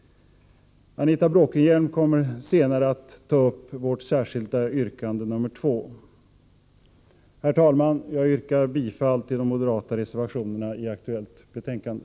Anita Bråkenhielm kommer senare att ta upp vårt särskilda yttrande nr 2. Herr talman! Jag yrkar bifall till de moderata reservationerna i aktuellt betänkande.